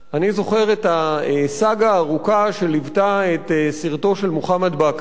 אני זוכר את הסאגה הארוכה שליוותה את סרטו של מוחמד בכרי,